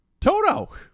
Toto